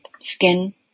skin